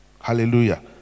Hallelujah